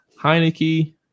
heineke